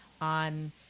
on